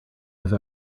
have